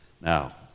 Now